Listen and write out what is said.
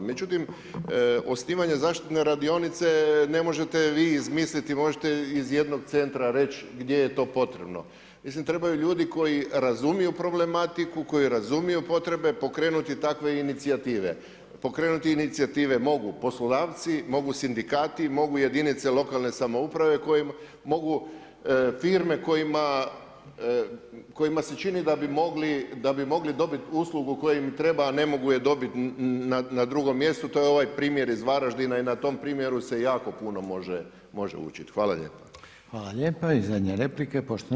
Međutim, osnivanje zaštitne radionice ne možete vi izmisliti, možete iz jednog centra reć gdje je to potrebno, mislim trebaju ljudi koji razumiju problematiku, koji razumiju potrebe pokrenuti takve inicijative, pokrenuti inicijative mogu poslodavci, mogu sindikati, mogu jedinice lokalne samouprave koje mogu firme kojima se čini da bi mogli dobit uslugu koja im treba, a ne mogu je dobit na drugom mjestu, to je ovaj primjer iz Varaždina i na tom primjeru se jako puno može učit.